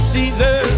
Caesar